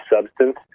substance